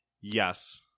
Yes